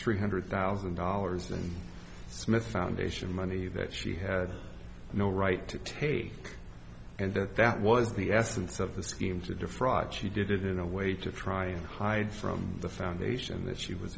three hundred thousand dollars and smith foundation money that she had no right to take and that that was the essence of the scheme to defraud she did it in a way to try and hide from the foundation that she was